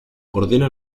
ordena